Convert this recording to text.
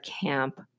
camp